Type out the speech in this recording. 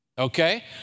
Okay